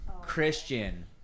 Christian